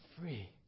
free